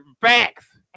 facts